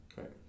Right